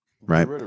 right